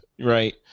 right